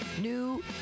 new